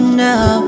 now